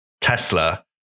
Tesla